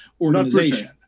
organization